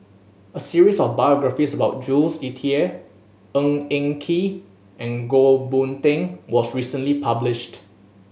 a series of biographies about Jules Itier Ng Eng Kee and Goh Boon Teck was recently published